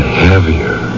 heavier